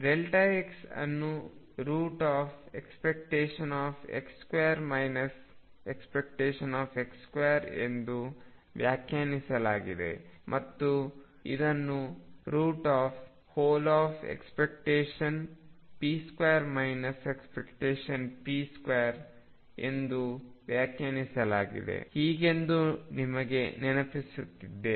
x ಅನ್ನು ⟨x2 ⟨x⟩2⟩ ಎಂದು ವ್ಯಾಖ್ಯಾನಿಸಲಾಗಿದೆ ಮತ್ತು ಇದನ್ನು ⟨p2 ⟨p⟩2⟩ಎಂದು ವ್ಯಾಖ್ಯಾನಿಸಲಾಗಿದೆ ಎಂದು ನಿಮಗೆ ನೆನಪಿಸುತ್ತೇನೆ